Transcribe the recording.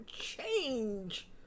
change